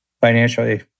financially